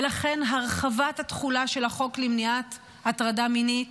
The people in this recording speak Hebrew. ולכן הרחבת התחולה של החוק למניעת הטרדה מינית,